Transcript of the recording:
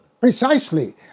Precisely